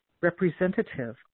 representative